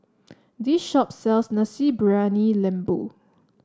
this shop sells Nasi Briyani Lembu